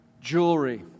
jewelry